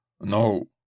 No